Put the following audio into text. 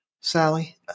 Sally